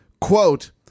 Quote